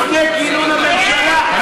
לפני כינון הממשלה,